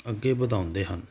ਅੱਗੇ ਵਧਾਉਂਦੇ ਹਨ